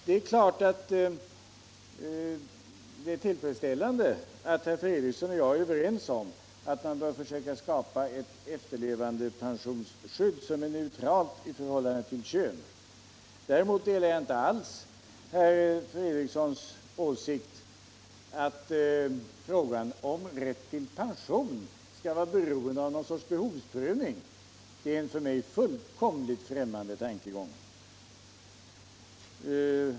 Det är naturligtvis tillfredsställande att herr Fredriksson och jag är överens om att man bör försöka skapa ett efterlevandepensionsskydd som är neutralt i förhållande till kön. Däremot delar jag inte alls herr Fredrikssons åsikt att rätten till pension skall vara beroende av någon sorts behovsprövning. Det är en för mig fullkomligt främmande tankegång.